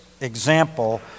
example